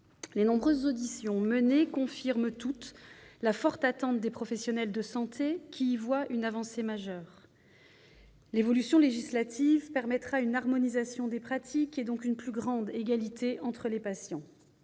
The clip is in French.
Les nombreuses auditions menées confirment toutes la forte attente des professionnels de santé, qui y voient une avancée majeure. L'évolution législative permettra une harmonisation des pratiques et donc une plus grande égalité entre les patients.